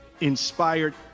inspired